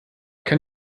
kann